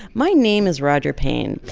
my name is roger payne,